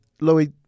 Louis